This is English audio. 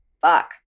Fuck